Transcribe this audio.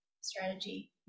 strategy